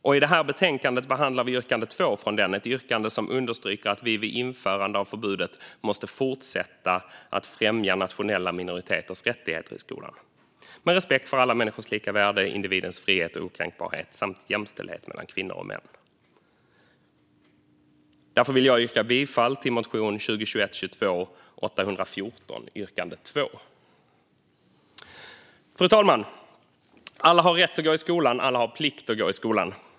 I betänkandet behandlar vi yrkande 2 i den, ett yrkande som understryker att vi vid införande av förbudet måste fortsätta att främja nationella minoriteters rättigheter i skolan, med respekt för alla människors lika värde, individens frihet och okränkbarhet samt jämställdhet mellan kvinnor och män. Därför vill jag yrka bifall till motion 2021/22:814, yrkande 2. Fru talman! Alla har rätt att gå i skolan, och alla har plikt att gå i skolan.